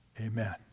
Amen